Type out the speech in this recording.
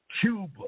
Cuba